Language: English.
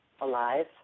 alive